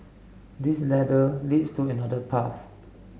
this ladder leads to another path